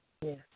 Yes